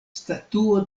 statuo